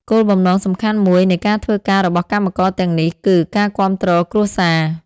គោលបំណងសំខាន់មួយនៃការធ្វើការរបស់កម្មករទាំងនេះគឺ ការគាំទ្រគ្រួសារ។